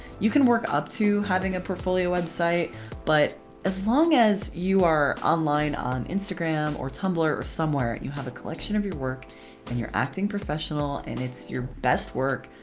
you can work up to having a portfolio website but as long as you are online on instagram or tumblr or somewhere you have a collection of your work and you're acting professional, and it's your best work,